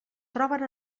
troben